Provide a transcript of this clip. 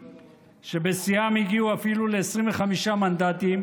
שבשיאם הגיעו אפילו ל-25 מנדטים,